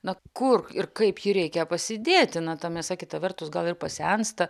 na kur ir kaip jį reikia pasidėti na ta mėsa kita vertus gal ir pasensta